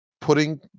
putting